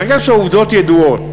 מהרגע שהעובדות ידועות,